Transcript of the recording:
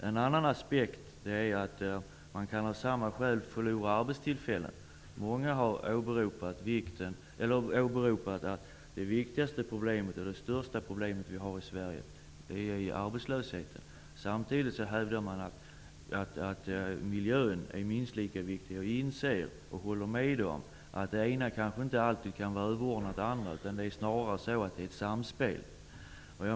En annan aspekt är att man av samma skäl kan förlora arbetstillfällen. Många har åberopat att det viktigaste och största problemet vi har i Sverige är arbetslösheten. Samtidigt hävdar man att miljön är minst lika viktig, men inser att det ena kanske inte alltid kan vara överordnat det andra. Det är snarare fråga om ett samspel.